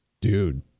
dude